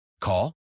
Call